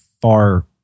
far